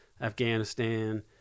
afghanistan